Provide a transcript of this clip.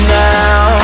now